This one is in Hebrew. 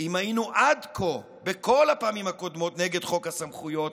אם היינו עד כה בכל הפעמים הקודמות נגד חוק הסמכויות,